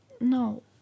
No